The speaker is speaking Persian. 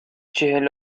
چهل